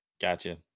Gotcha